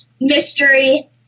mystery